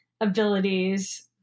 abilities